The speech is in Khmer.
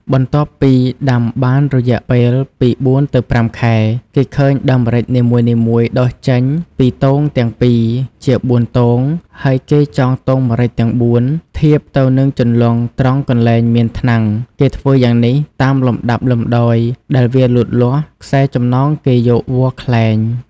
បន្ទាប់ពីដាំបានរយៈពេលពី៤ទៅ៥ខែគេឃើញដើមម្រេចនីមួយៗដុះចេញពី ទងទាំង២ ជាបួនទងហើយគេចងទងម្រេចទាំង៤ ធៀបទៅនឹងជន្លង់ត្រង់កន្លែងមាន ថ្នាំង គេធ្វើយ៉ាងនេះ តាមលំដាប់លំដោយដែលវាលូតលាស់ ខ្សែចំណងគេយកវល្លិ៍ខ្លែង។